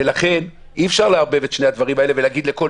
לכן אי אפשר לערבב את שני הדברים האלה ולומר לכל